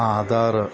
Aadhaar